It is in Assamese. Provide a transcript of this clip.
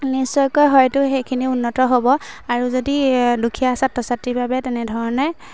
নিশ্চয়কৈ হয়তো সেইখিনি উন্নত হ'ব আৰু যদি দুখীয়া ছাত্ৰ ছাত্ৰীৰ বাবে তেনেধৰণে